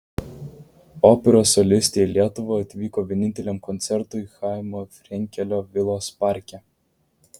operos solistė į lietuvą atvyko vieninteliam koncertui chaimo frenkelio vilos parke